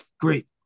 Great